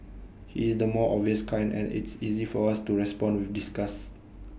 he is the more obvious kind and it's easy for us to respond with disgust